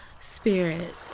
Spirit